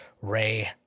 Ray